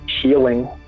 healing